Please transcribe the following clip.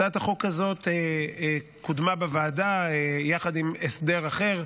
הצעת החוק הזאת קודמה בוועדה יחד עם הסדר אחר,